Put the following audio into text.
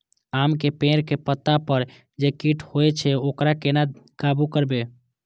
आम के पेड़ के पत्ता पर जे कीट होय छे वकरा केना काबू करबे?